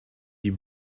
die